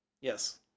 Yes